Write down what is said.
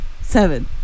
seven